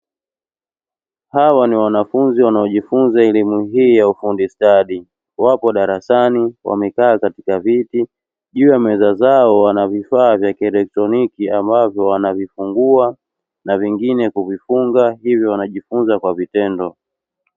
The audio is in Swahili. Hawa ni wanafunzi wanaojifunza elimu hii ya ufundi stadi, wapo darasani wamekaa katika viti. Juu ya meza zao wana vifaa vya kielektroniki ambavyo wanavifungua na vingine kuvifunga hivyo wanajifunza kwa vitendo.